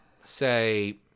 say